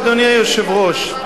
אדוני היושב-ראש,